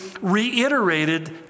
reiterated